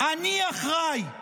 אני אחראי.